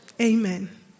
Amen